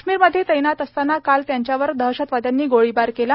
काश्मीर मध्ये तैनात असताना काल त्यांच्यावर दहशतवाद्यांनी गोळीबार केला